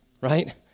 right